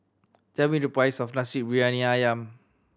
tell me the price of Nasi Briyani Ayam